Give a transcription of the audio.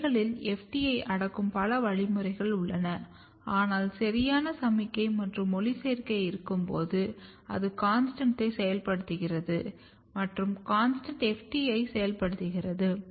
இலைகளில் FT ஐ அடக்கும் பல வழிமுறைகள் உள்ளன ஆனால் சரியான சமிக்ஞை மற்றும் ஒளிச்சேர்க்கை இருக்கும்போது அது CONSTANT ஐ செயல்படுத்துகிறது மற்றும் CONSTANT FT ஐ செயல்படுத்துகிறது